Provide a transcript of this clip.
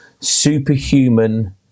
superhuman